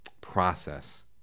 process